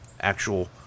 actual